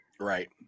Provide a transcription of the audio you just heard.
right